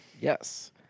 yes